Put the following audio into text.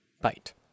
bite